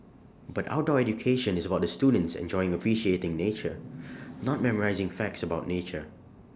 but outdoor education is about the students enjoying appreciating nature not memorising facts about nature